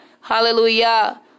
Hallelujah